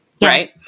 right